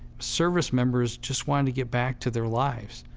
service members just wanted to get back to their lives,